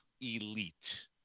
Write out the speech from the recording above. elite